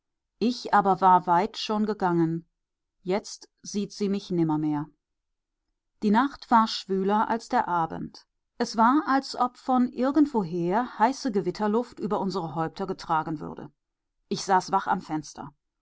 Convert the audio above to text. ich aber war weit schon gegangen jetzt sieht sie mich nimmermehr die nacht war schwüler als der abend es war als ob von irgendwoher heiße gewitterluft über unsere häupter getragen würde ich saß wach am fenster